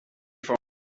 for